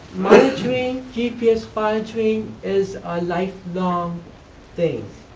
monitoring, gps monitoring is a lifelong thing.